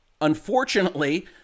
unfortunately